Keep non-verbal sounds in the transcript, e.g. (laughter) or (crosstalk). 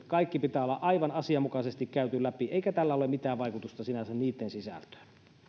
(unintelligible) kaikki pitää olla aivan asianmukaisesti käyty läpi eikä tällä ole mitään vaikutusta sinänsä niitten sisältöön